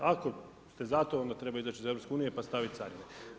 Ako ste za to, onda treba izaći iz EU pa staviti carine.